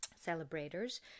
celebrators